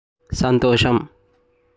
సంతోషం